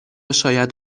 شاید